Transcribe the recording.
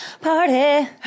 Party